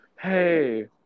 Hey